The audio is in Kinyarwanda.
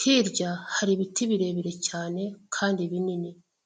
Hirya hari ibiti birebire cyane kandi binini.